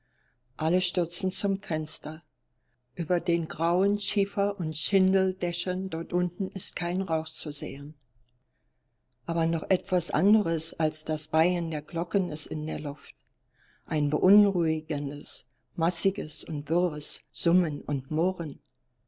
alle stürzen zum fenster über den grauen schiefer und schindeldächern dort unten ist kein rauch zu sehen aber noch etwas anderes als das beiern der glocken ist in der luft ein beunruhigendes massiges und wirres summen und murren